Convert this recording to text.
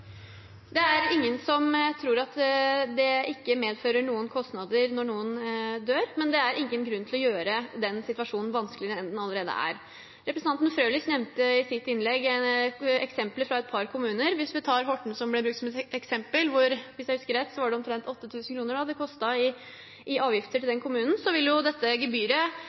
Ingen tror det ikke medfører noen kostnader når noen dør, men det er ingen grunn til å gjøre situasjonen vanskeligere enn den allerede er. Representanten Frølich nevnte i sitt innlegg eksempler fra et par kommuner. Hvis vi tar Horten, som ble brukt som eksempel og hvis jeg husker rett, hvor det koster omtrent 8 000 kr i avgifter til kommunen, så vil dette gebyret